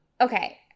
Okay